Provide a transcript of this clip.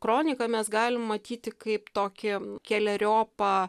kroniką mes galim matyti kaip tokį keleriopą